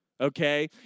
okay